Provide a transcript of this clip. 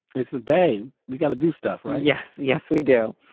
it's the bay. we've got to do stuff, right? yes. yes, we do.